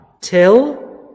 Till